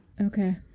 Okay